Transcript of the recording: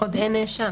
עוד אין נאשם.